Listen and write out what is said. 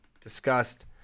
discussed